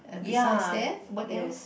ya yes